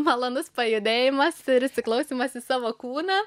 malonus pajudėjimas ir įsiklausymas į savo kūną